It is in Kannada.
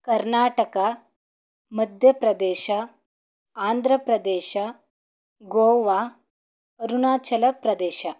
ಕರ್ನಾಟಕ ಮಧ್ಯ ಪ್ರದೇಶ ಆಂಧ್ರ ಪ್ರದೇಶ ಗೋವಾ ಅರುಣಾಚಲ ಪ್ರದೇಶ